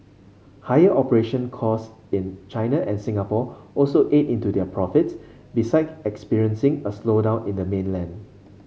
higher operation costs in China and Singapore also ate into their profits beside experiencing a slowdown in the mainland